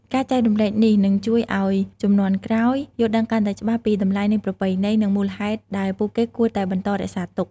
ការចែករំលែកនេះនឹងជួយឱ្យជំនាន់ក្រោយយល់ដឹងកាន់តែច្បាស់ពី តម្លៃនៃប្រពៃណី និងមូលហេតុដែលពួកគេគួរតែបន្តរក្សាវាទុក ។